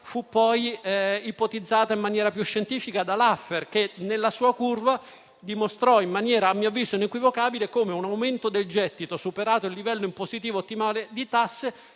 fu poi elaborata in maniera più scientifica da Laffer, che nella sua curva dimostrò in maniera inequivocabile, a mio avviso, come un aumento del gettito, superato il livello impositivo ottimale di tasse,